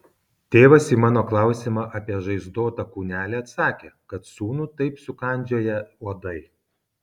tėvas į mano klausimą apie žaizdotą kūnelį atsakė kad sūnų taip sukandžioję uodai